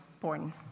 born